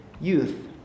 youth